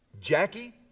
Jackie